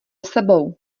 sebou